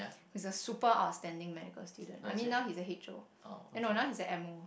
he is a super outstanding medical student I mean now he is a H_O eh no now he is a M_O